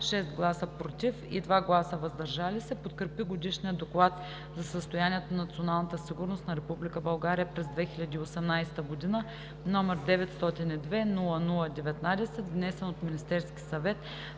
6 гласа „против“ и 2 гласа „въздържал се“ подкрепи Годишния доклад за състоянието на националната сигурност на Република България през 2018 г., № 902-00-19, внесен от Министерския съвет